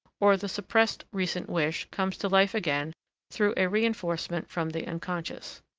or the suppressed recent wish comes to life again through a reinforcement from the unconscious.